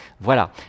Voilà